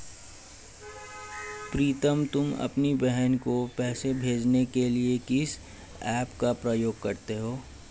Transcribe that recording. प्रीतम तुम अपनी बहन को पैसे भेजने के लिए किस ऐप का प्रयोग करते हो?